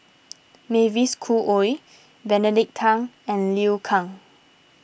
Mavis Khoo Oei Benedict Tan and Liu Kang